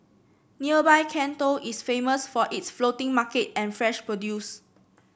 nearby Can Tho is famous for its floating market and fresh produce